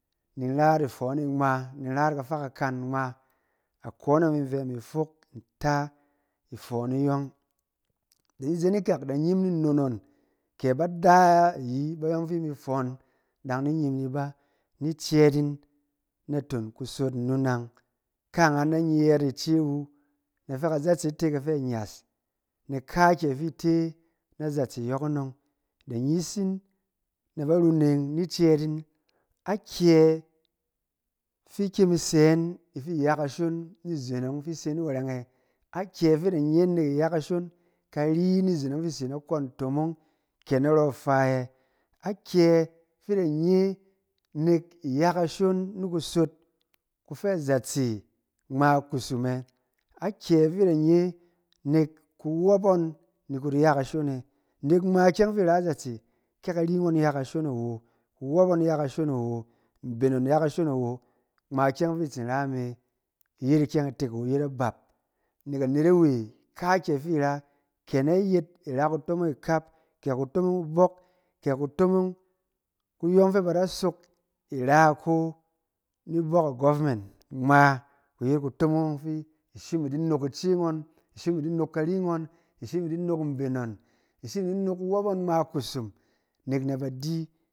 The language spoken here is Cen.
Ni ra yit ifɔn e ngma, ni ra yit kafa kakan ngma, akone yɔng fin in fɛ in fok nta ifɔn iyɔng. Ni zen ikak da nyim ni nnon ngɔn, kɛ bada ayi bayɔng fi i mi fɔn dan ni nyim ni ba, ni cɛɛt yit naton kusot nnu nang, kaangan na nye yɛɛt ni ce wu, na fɛ kazatse ka te kafɛ nnyas, nɛk kaakyɛ fi i te nazatse yɔrɔnɔng, da nyis yin na baruneng ni cɛɛt yin akyɛ fi ikyem i sɛ yin ifi ya kashon ni zen ɔng fi i se yin wɛrɛng e. Akyɛ fi i da nye yin nelk iya kashon kari ni zen ɔng fi da se yin na kong ntomong kɛ narɔ ifa yɛ?. Akyɛ fi da nye nɛk iya kashon ni kusot kufɛ zatse ngma kusum ɛ? Akyɛ fi i da nye nɛk kuwɔp ngɔn ni ku di ya kashon ɛ? Nɛk ngma ikyɛng fi tsin ra nazatse, ke kari ngɔn ya kashon awo, kuwɔp ngɔn ya kashon awo, mben ngɔn ya kashon awo, ngma ikyɛng ɔng fi i tsin ra me, yet ikyɛng itek awo, i yet abap. Nɛk anet awe, kaakyɛ fi i ra, ke na yet i ra kutomong ikap, kɛ kutomong kubɔk, kɛ kutomong kuyɔng fɛ ba da sok i ra iko ni bɔk agovment, ngma ku yet kutomong ɔng fi i shim i di nok ice ngɔn, i shim i di nok kari ngɔn, i shim i di nok mben ngɔn, i shim i di nok kuwɔp ngɔn ngma kusum, nɛk na ba di.